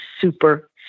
super